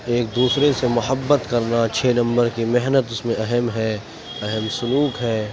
ایک دوسرے سے محبت کرنا چھ نمبر کی محنت اس میں اہم ہے اہم سلوک ہے